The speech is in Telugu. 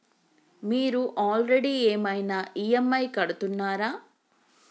మీరు ఆల్రెడీ ఏమైనా ఈ.ఎమ్.ఐ కడుతున్నారా?